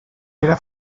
era